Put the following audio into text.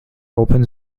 open